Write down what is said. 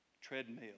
Treadmill